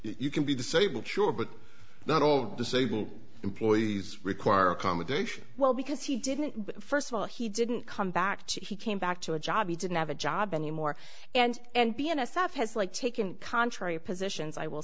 you can be disabled sure but not all disabled employees require accommodation well because he didn't first of all he didn't come back he came back to a job he didn't have a job anymore and and be n s f has like taken contrary positions i will